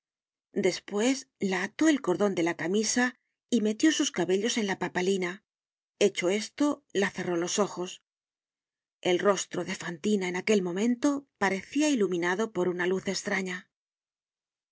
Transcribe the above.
despues la ató el cordon de la camisa y metió sus cabellos en la papalina hecho esto la cerró los ojos el rostro de fantina en aquel momento parecia iluminado por una luz estraña